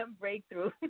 Breakthrough